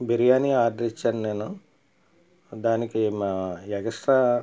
biryani order ఇచ్చాను నేను దానికి ఎక్స్ట్రా